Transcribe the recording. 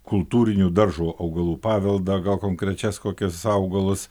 kultūrinių daržo augalų paveldągal konkrečias kokias augalus